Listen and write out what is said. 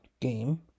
game